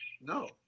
No